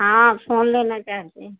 हाँ फोन लेना चाहते हैं